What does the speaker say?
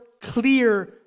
clear